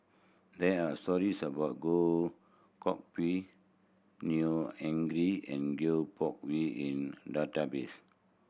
there are stories about Goh Koh Pui Neo Anngee and Goh Koh Pui in database